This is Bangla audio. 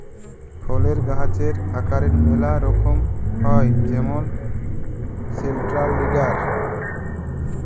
ফলের গাহাচের আকারের ম্যালা রকম হ্যয় যেমল সেলট্রাল লিডার